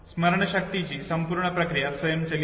स्मरणशक्तीची संपूर्ण प्रक्रिया स्वयंचलित होते